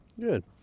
Good